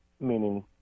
meaning